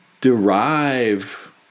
derive